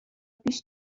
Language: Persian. پیش